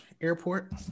airport